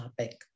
topic